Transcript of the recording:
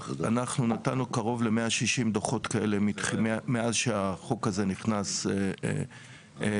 אנחנו נתנו קרוב ל-160 דו"חות כאלה מאז שהחוק הזה נכנס לתוקף,